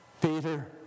Peter